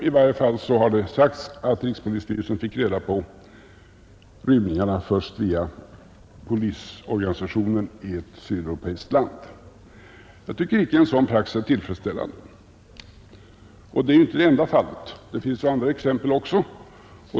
I varje fall har det sagts att rikspolisstyrelsen fick kännedom om rymningarna först via polisorganisationen i ett sydeuropeiskt land. Jag tycker inte att en sådan praxis är tillfredsställande. Detta är inte det enda fallet, utan det finns även andra exempel.